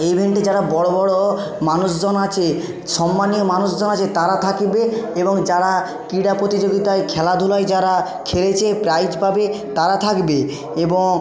এ ইভেন্টে যারা বড়ো বড়ো মানুষজন আছে সম্মানীয় মানুষজন আছে তারা থাকবে এবং যারা ক্রীড়া প্রতিযোগিতায় খেলাধুলায় যারা খেলেছে প্রাইজ পাবে তারা থাকবে এবং